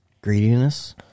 greediness